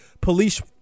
police